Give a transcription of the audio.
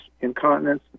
incontinence